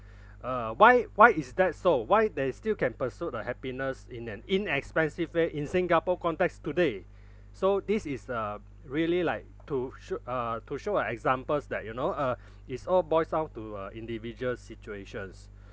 uh why why is that so why they still can pursuit a happiness in an inexpensive way in singapore context today so this is uh really like to sho~ uh to show an examples that you know uh it's all boils down to uh individual situations